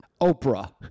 Oprah